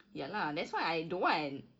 ya lah that's why I don't want